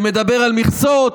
שמדבר על מכסות,